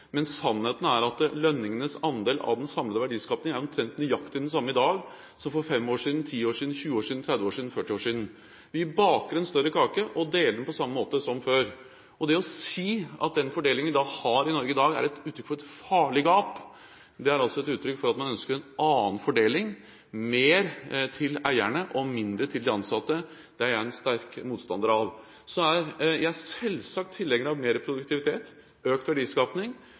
sannheten at lønningenes andel av den samlede verdiskapingen er omtrent nøyaktig den samme i dag som for fem, ti, tjue, tretti og førti år siden. Vi baker en større kake og deler den på samme måte som før. Det å si at den fordelingen vi har i Norge i dag, er et uttrykk for et farlig gap, er et uttrykk for at man ønsker en annen fordeling – mer til eierne og mindre til de ansatte. Det er jeg en sterk motstander av. Så er jeg selvsagt tilhenger av mer produktivitet og økt